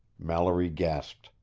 mallory gasped.